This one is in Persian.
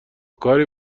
کاری